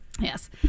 Yes